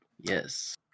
Yes